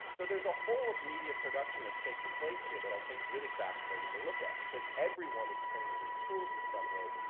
so there's a whole of media production that's taking place here that i think's really fascinating to look at because everyone is turning to these tools in some ways.